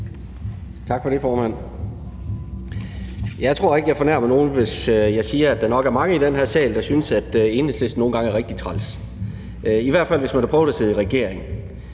Tak for det, formand. Jeg tror ikke, jeg fornærmer nogen, hvis jeg siger, at der nok er mange i den her sal, der synes, at Enhedslisten nogle gange er rigtig træls, i hvert fald hvis man har prøvet at sidde i regering,